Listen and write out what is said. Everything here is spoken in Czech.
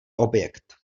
objekt